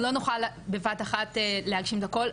אנחנו לא נוכל בבת אחת להגשים את הכל,